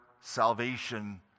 salvation